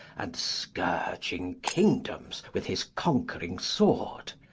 and scourging kingdoms with his conquering sword.